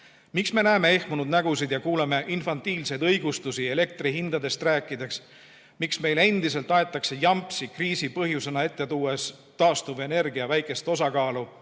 Miks me näeme ehmunud nägusid ja kuulame infantiilseid õigustusi elektrihindadest rääkides? Miks meile endiselt aetakse jampsi, tuues kriisi põhjusena ette taastuvenergia väikest osakaalu?